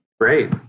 Great